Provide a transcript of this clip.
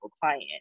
client